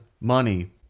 money